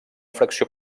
fracció